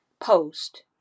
post